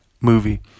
movie